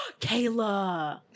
Kayla